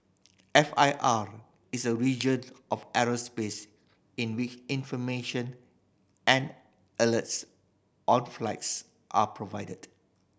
F I R is a region of airspace in which information and alerts out flights are provided